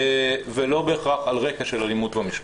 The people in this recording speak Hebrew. ולא בהכרח על רקע של אלימות במשפחה.